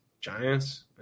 Giants